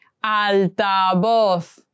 altavoz